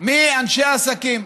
מאנשי עסקים.